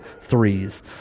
threes